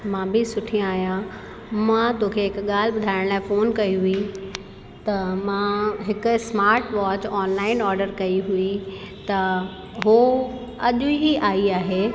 मां बि सुठी आहियां मां तोखे हिकु ॻाल्हि ॿुधाइण लाइ फोन कई हुई त मां हिकु स्माट वॉच ऑनलाइन ऑडर कई हुई त हो अॼु ई आई आहे